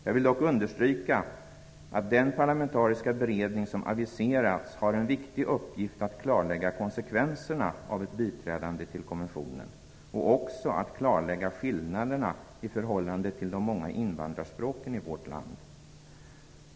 Jag vill dock understryka att den parlamentariska beredning som aviserats har en viktig uppgift att klarlägga konsekvenserna av ett biträdande till konventionen och också att klarlägga skillnaderna i förhållande till de många invandrarspråken i vårt land.